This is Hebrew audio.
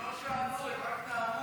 הם לא שאלו, הם רק טענו.